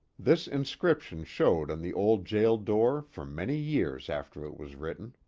this inscription showed on the old jail door for many years after it was written.